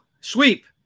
sweep